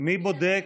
מי בודק?